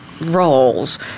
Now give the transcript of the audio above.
roles